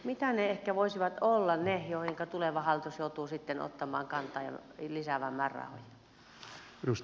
mitä ehkä voisivat olla ne joihinka tuleva hallitus joutuu ottamaan kantaa ja lisäämään määrärahoja